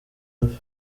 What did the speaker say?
hafi